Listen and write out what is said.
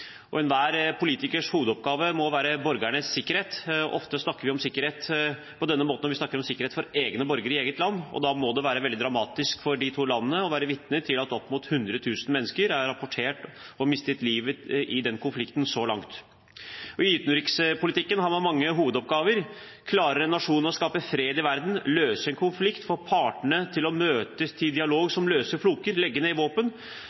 Enhver politikers hovedoppgave må være borgernes sikkerhet. Ofte snakker vi om sikkerhet på denne måten når vi snakker om sikkerhet for egne borgere i eget land, og da må det være veldig dramatisk for de to landene å være vitne til at opp mot 100 000 mennesker er rapportert å ha mistet livet i denne konflikten så langt. I utenrikspolitikken har man mange hovedoppgaver. Klarer en nasjon å skape fred i verden, løse en konflikt, få partene til å møtes til dialog som løser floker, legge ned våpen?